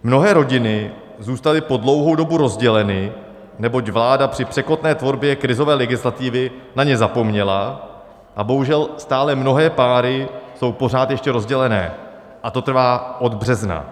Mnohé rodiny zůstaly po dlouhou dobu rozděleny, neboť vláda při překotné tvorbě krizové legislativy na ně zapomněla, bohužel stále mnohé páry jsou pořád ještě rozdělené a to trvá od března.